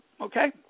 Okay